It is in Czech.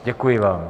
Děkuji vám.